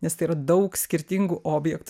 nes tai yra daug skirtingų objektų